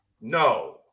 No